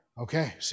Okay